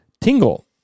Tingle